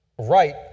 right